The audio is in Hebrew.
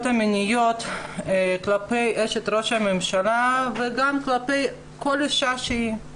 המיניות כלפי אשת ראש הממשלה וגם כלפי כל אישה באשר היא אישה.